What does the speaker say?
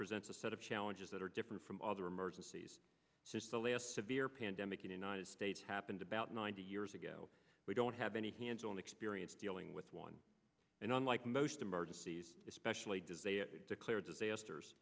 presents a set of challenges that are different from other emergencies since the last severe pandemic in united states happened about ninety years ago we don't have any hands on experience dealing with one and unlike most emergencies especially does a declared disaster